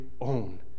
own